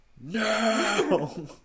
No